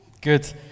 Good